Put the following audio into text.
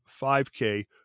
5K